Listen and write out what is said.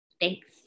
Thanks